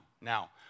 Now